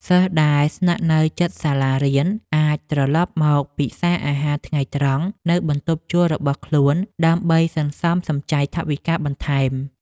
សិស្សដែលស្នាក់នៅជិតសាលារៀនអាចត្រឡប់មកពិសារអាហារថ្ងៃត្រង់នៅបន្ទប់ជួលរបស់ខ្លួនដើម្បីសន្សំសំចៃថវិកាបន្ថែម។